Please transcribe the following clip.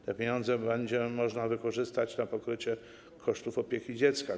Te pieniądze będzie można wykorzystać na pokrycie kosztów opieki nad dzieckiem.